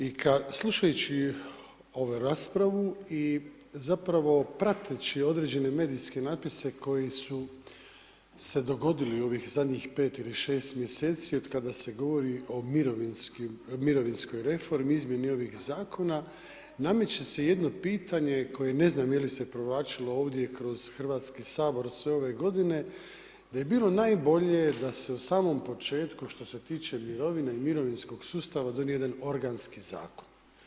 I slušajući ovu raspravu i zapravo prateći određene medijske natpise koji su se dogodili u ovih 5 ili 6 mjeseci otkada se govori o mirovinskoj reformi, izmjeni ovih zakona nameće se jedno pitanje koje ne znam je li se provlačilo ovdje kroz hrvatski sabor sve ove godine da bi bilo najbolje da se u samom početku što se tiče mirovina i mirovinskog sustava donese jedan organski zakon.